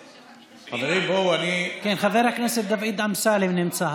חברים, בואו, אני, חבר הכנסת דוד אמסלם נמצא.